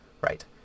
right